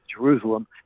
Jerusalem